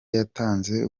yatanze